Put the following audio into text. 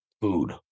food